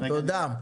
תודה.